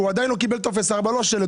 הוא עדיין לא קיבל טופס 4. לא השלד,